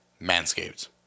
manscaped